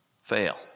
fail